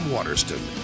Waterston